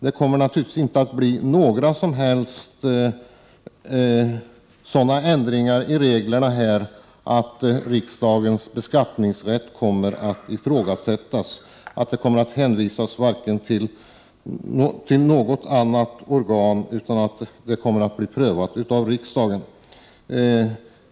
Det blir naturligtvis inte några som helst sådana ändringar i reglerna att riksdagens beskattningsrätt kommer att ifrågasättas och att den kommer att hänvisas till något annat organ. Dessa frågor kommer att bli prövade av riksdagen.